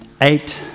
eight